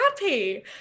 happy